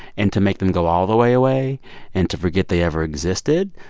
and to make them go all the way away and to forget they ever existed.